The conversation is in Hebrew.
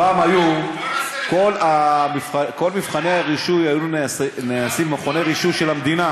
פעם כל מבחני הרישוי היו נעשים במכוני רישוי של המדינה: